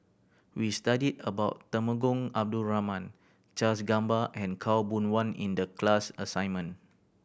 we studied about Temenggong Abdul Rahman Charles Gamba and Khaw Boon Wan in the class assignment